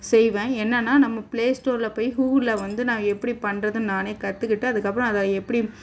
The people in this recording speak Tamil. செய்வேன் என்னென்னா நம்ம ப்ளே ஸ்டோரில் போய் கூகுளில் வந்து நான் எப்படி பண்ணுறதுன் நானே கற்றுக்கிட்டு அதற்கப்பறம் அதை எப்படி